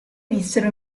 vissero